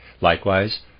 likewise